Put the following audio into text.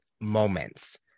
moments